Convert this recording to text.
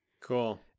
Cool